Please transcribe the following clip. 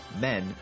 men